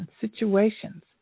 situations